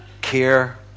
care